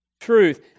truth